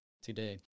today